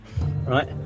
Right